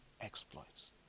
exploits